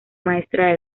maestra